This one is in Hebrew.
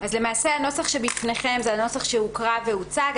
אז למעשה הנוסח שבפניכם הוא הנוסח שהוקרא והוצג.